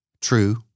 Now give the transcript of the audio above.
True